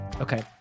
Okay